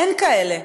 אין כאלה.